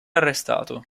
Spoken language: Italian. arrestato